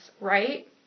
right